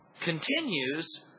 continues